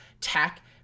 tech